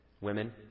women